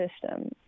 system